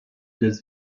des